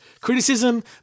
criticism